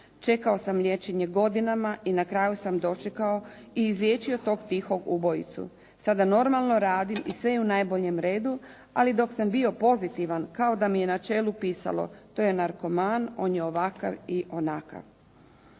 Čekao sam liječenje godinama i na kraju sam dočekao i izliječio tog tihog ubojicu. Sada normalno radim i sve je u najboljem redu, ali dok sam bio pozitivan kao da mi je na čelu pisalo: To je narkoman, on je ovakav i onakav."